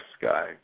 Sky